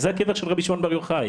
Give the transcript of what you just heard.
זה הקבר של רבי שמעון בר יוחאי.